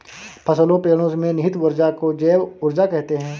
फसलों पेड़ो में निहित ऊर्जा को जैव ऊर्जा कहते हैं